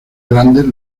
grandes